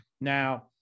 Now